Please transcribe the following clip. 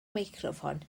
meicroffon